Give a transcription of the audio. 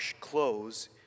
clothes